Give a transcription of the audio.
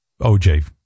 OJ